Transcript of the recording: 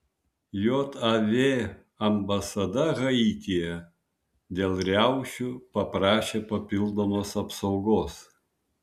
jav ambasada haityje dėl riaušių paprašė papildomos apsaugos